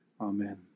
Amen